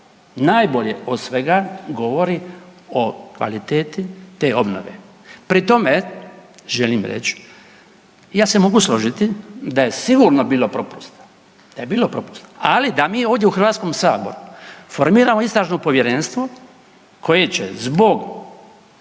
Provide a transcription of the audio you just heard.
najbolje od svega govori o kvaliteti te obnove. Pri tome želim reći, ja se mogu složiti da je sigurno bilo propusta, da je bilo propusta, ali da mi ovdje u HS-u formiramo Istražno povjerenstvo koje će zbog,